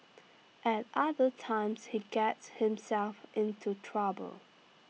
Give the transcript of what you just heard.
at other times he gets himself into trouble